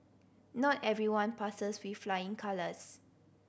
not everyone passes with flying colours